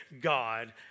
God